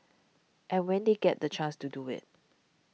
and when they get the chance to do it